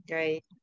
right